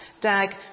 Dag